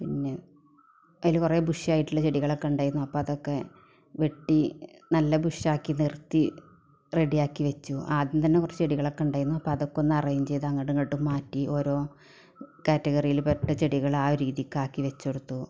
പിന്നെ അതിൽ കുറേ ബുഷ് ആയിട്ടുള്ള ചെടികൾ ഒക്കെ ഉണ്ടായിരുന്നു അതൊക്കെ വെട്ടി നല്ല ബുഷ് ആക്കി നിർത്തി റെഡി ആക്കിവെച്ചു ആദ്യം തന്നെ കുറച്ച് ചെടികളൊക്കെ ഉണ്ടായിരുന്നു അപ്പം അതൊക്കെ ഒന്ന് അറേഞ്ച് ചെയ്ത് അങ്ങോട്ട് ഇങ്ങോട്ടും മാറ്റി ഓരോ ക്യാറ്റഗറിയിൽ പെട്ട ചെടികൾ ആ ഒരു രീതിക്കാക്കി വെച്ചെടുത്തു